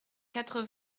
quatre